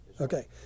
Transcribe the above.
Okay